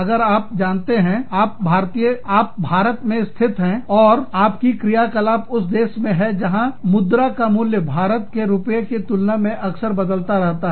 अगर आप आप जानते हैं आप भारत में स्थित है और आपकी क्रियाकलाप उस देश में है जहां के मुद्रा का मूल्य भारत के रुपए की तुलना में अक्सर बदलता रहता है